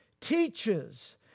teaches